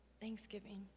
Thanksgiving